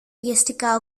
βιαστικά